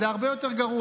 נא לאפשר לשר להמשיך.